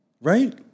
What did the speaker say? Right